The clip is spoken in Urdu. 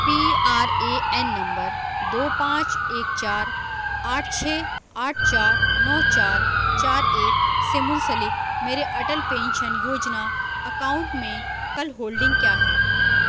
P R A N number دو پانچ ایک چار آٹھ چھ آٹھ چار نو چار چار ایک سے منسلک میرے اٹل پینشن یوجنا اکاؤنٹ میں کل ہولڈنگ کیا ہے